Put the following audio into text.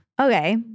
okay